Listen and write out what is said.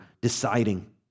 deciding